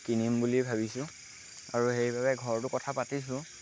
কিনিম বুলি ভাবিছোঁ আৰু সেইবাবে ঘৰতো কথা পাতিছোঁ